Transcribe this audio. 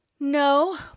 No